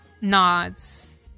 nods